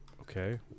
Okay